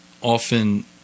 often